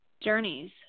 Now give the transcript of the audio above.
journeys